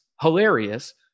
hilarious